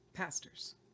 pastors